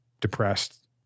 depressed